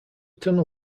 tunnel